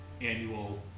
annual